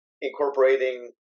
incorporating